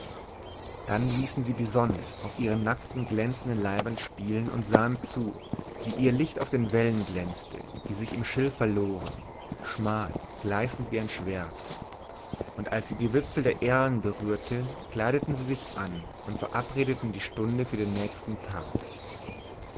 dann ließen sie die sonne auf ihren nackten glänzenden leibern spielen und sahen zu wie ihr licht auf den wellen glänzte die sich im schilf verloren schmal gleißend wie ein schwert und als sie die wipfel der erlen berührte kleideten sie sich an und verabredeten die stunde für den nächsten tag